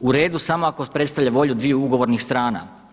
uredu samo ako predstavlja volju dviju ugovornih strana.